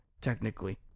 technically